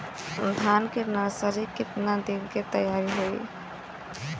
धान के नर्सरी कितना दिन में तैयार होई?